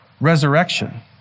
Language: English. resurrection